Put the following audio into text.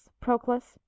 Proclus